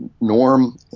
norm